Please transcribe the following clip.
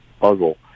puzzle